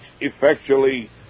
effectually